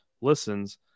listens